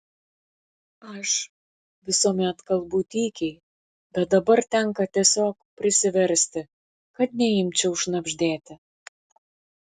aš visuomet kalbu tykiai bet dabar tenka tiesiog prisiversti kad neimčiau šnabždėti